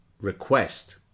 request